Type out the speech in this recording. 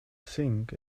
sink